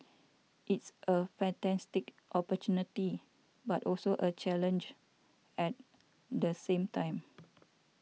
it's a fantastic opportunity but also a challenge at the same time